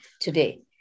today